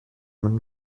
man